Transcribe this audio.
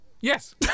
Yes